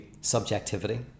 subjectivity